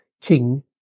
king